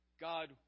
God